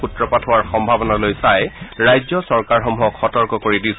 সূত্ৰপাত হোৱাৰ সম্ভাৱনালৈ চাই ৰাজ্য চৰকাৰসমূহক সতৰ্ক কৰি দিছে